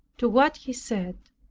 to what he said,